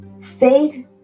Faith